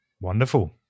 Wonderful